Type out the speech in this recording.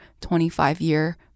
25-year